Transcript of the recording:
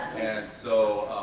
and so,